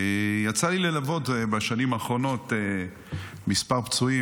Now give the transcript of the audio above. יצא לי לעבוד בשנים האחרונות עם מספר פצועים,